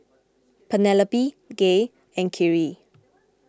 Penelope Gay and Khiry